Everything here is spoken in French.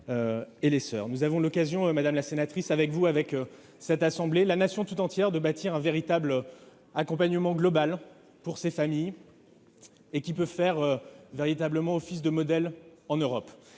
Nous avons l'occasion, madame la sénatrice, avec vous, avec cette assemblée, avec la Nation tout entière, de bâtir un véritable accompagnement global pour ces familles à même de faire office de modèle en Europe.